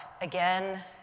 again